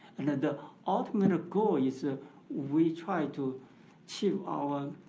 and the ultimate goal is ah we try to to ah um